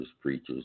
preachers